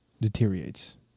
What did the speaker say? deteriorates